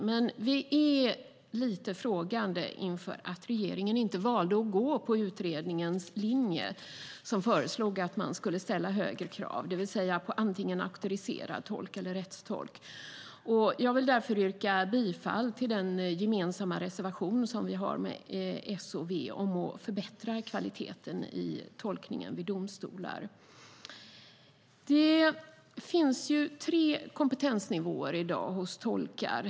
Men vi är lite frågande inför att regeringen inte valde att följa utredningens linje där utredningen föreslog att man skulle ställa högre krav, det vill säga att kräva antingen auktoriserad tolk eller rättstolk. Jag vill därför yrka bifall till den gemensamma reservation vi har med S och V om att förbättra kvaliteten i tolkningen vid domstolar. Det finns tre kompetensnivåer i dag hos tolkar.